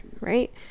right